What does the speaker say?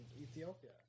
Ethiopia